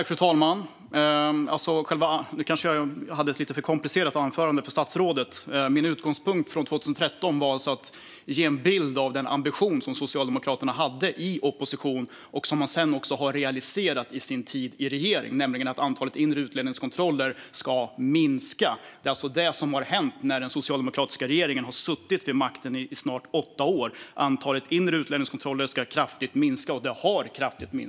Fru talman! Jag kanske hade ett lite för komplicerat anförande för statsrådet. Min utgångspunkt från 2013 var att ge en bild av den ambition som Socialdemokraterna hade i opposition och som man sedan har realiserat i sin tid i regering, nämligen att antalet inre utlänningskontroller ska minska. Det är det som har hänt när Socialdemokraterna har suttit vid makten i snart åtta år - antalet inre utlänningskontroller har kraftigt minskat.